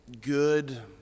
good